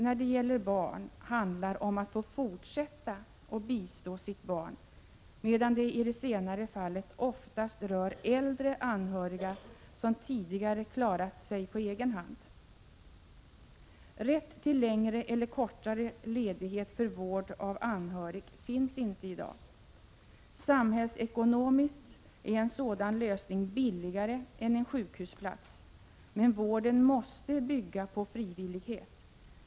När det gäller barn handlar det oftast om att få fortsätta att bistå sitt barn, medan det i det senare fallet oftast rör äldre anhöriga som tidigare klarat sig på egen hand. Rätt till längre eller kortare ledighet för vård av anhörig finns inte i dag. Samhällsekonomiskt är en sådan lösning billigare än en sjukhusplats, men vården måste bygga på frivillighet.